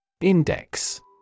Index